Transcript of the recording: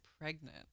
pregnant